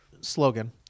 slogan